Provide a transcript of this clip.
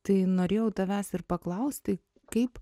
tai norėjau tavęs ir paklausti kaip